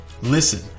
Listen